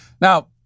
Now